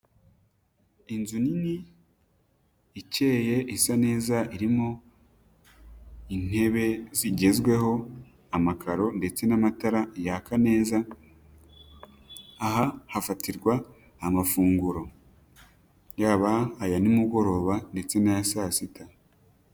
Inzu nini, ikeye isa neza, irimo intebe zigezweho, amakaro ndetse n'amatara yaka neza, aha hafatirwa amafunguro, yaba aya nimugoroba ndetse n'aya saa sita.